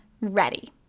ready